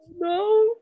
no